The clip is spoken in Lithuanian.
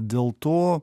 dėl to